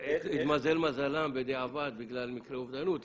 התמזל מזלם בדיעבד בגלל מקרה אובדנות.